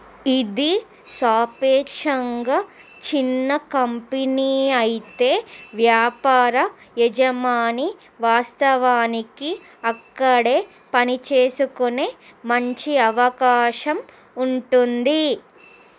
ఇది సాపేక్షంగా చిన్న కంపెనీ అయితే వ్యాపార యజమాని వాస్తవానికి అక్కడే పనిచేసుకునే మంచి అవకాశం ఉంటుంది